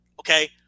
okay